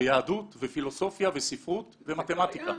ויהדות ופילוסופיה וספרות ומתמטיקה?